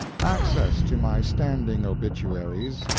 access to my standing obituaries,